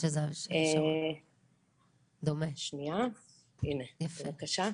הינה בבקשה.